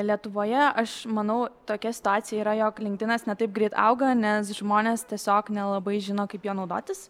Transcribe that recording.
lietuvoje aš manau tokia situacija yra jog linkdinas ne taip greit auga nes žmonės tiesiog nelabai žino kaip juo naudotis